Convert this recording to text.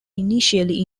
initially